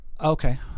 Okay